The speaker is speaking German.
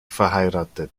verheiratet